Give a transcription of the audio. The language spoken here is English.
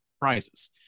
prizes